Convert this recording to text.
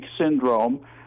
syndrome